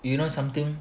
you know something